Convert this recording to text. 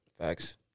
Facts